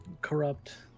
corrupt